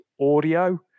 audio